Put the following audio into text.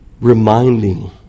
reminding